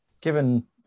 given